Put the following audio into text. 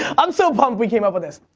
i'm so pumped we came up with this.